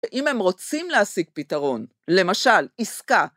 ואם הם רוצים להשיג פתרון, למשל עסקה.